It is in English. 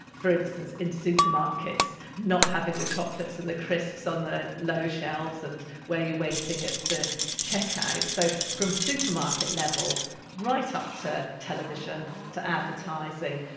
for instance, in supermarkets not having the chocolates and the crisps on the low shelves and where you're waiting at the checkout. so, from supermarket level right up to television, to advertising,